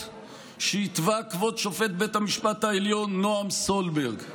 שהתווה כבוד שופט בית המשפט העליון נועם סולברג.